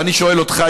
ואני שואל אותך,